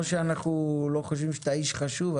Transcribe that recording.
לא שאנחנו לא חושבים שאתה איש חשוב,